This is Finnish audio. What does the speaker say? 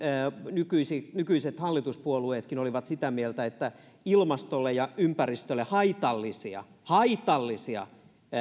nykyiset hallituspuolueet olivat sitä mieltä että ilmastolle ja ympäristölle haitallisia haitallisia